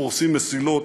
פורסים מסילות,